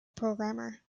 programmer